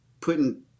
putting